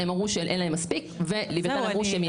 הם אמרו שאין להם מספיק ולווייתן אמרו שהם מייצאים.